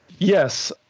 Yes